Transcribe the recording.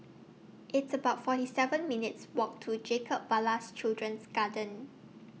It's about forty seven minutes' Walk to Jacob Ballas Children's Garden